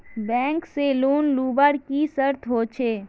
Bank से loan लुबार की की शर्त होचए?